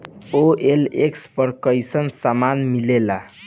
OLX पर कइसन सामान मीलेला?